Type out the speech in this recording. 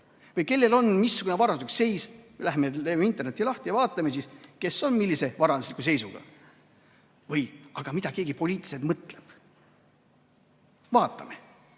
või kellel on missugune varanduslik seis. Läheme teeme interneti lahti ja vaatame, kes on millise varandusliku seisuga või mida keegi poliitiliselt mõtleb. Vaatame!